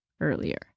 earlier